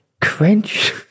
cringe